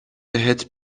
بهت